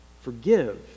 Forgive